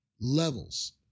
levels